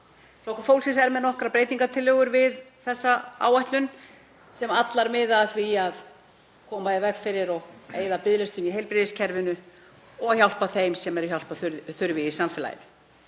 Flokkur fólksins er með nokkrar breytingartillögur við þessa áætlun sem allar miða að því að eyða biðlistum í heilbrigðiskerfinu og hjálpa þeim sem eru hjálpar þurfi í samfélaginu.